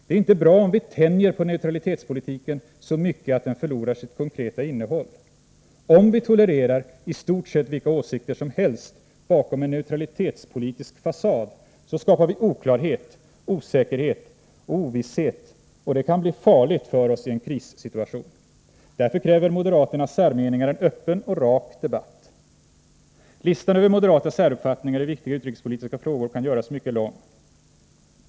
Det är inte bra om vi tänjer på neutralitetspolitiken så mycket att den förlorar sitt konkreta innehåll. Om vi tolererar i stort sett vilka åsikter som helst bakom en neutralitetspolitisk fasad, så skapar vi oklarhet, osäkerhet och ovisshet, och det kan bli farligt för oss i en krissituation. Därför kräver moderaternas särmeningar en öppen och rak debatt. Listan över moderata säruppfattningar i viktiga utrikespolitiska frågor kan göras mycket lång.